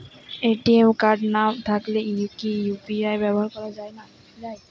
ATM card না থাকলে কি ইউ.পি.আই ব্যবহার করা য়ায়?